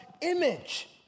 image